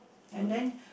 ya lah